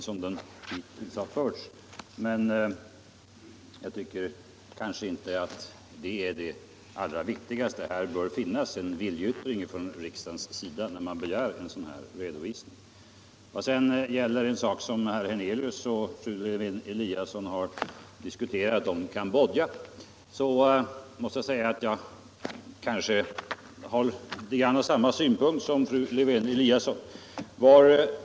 När en sådan här redovisning begärs bör det finnas en viljeyttring från riksdagens sida. När det sedan gäller vad herr Hernelius och fru Lewén-Eliasson har diskuterat beträffande Cambodja så måste jag säga att jag har samma inställning som fru Lewén-Eliasson.